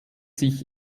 sich